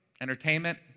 entertainment